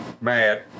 mad